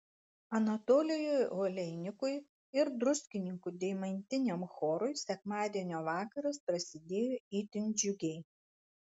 anatolijui oleinikui ir druskininkų deimantiniam chorui sekmadienio vakaras prasidėjo itin džiugiai